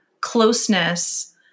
closeness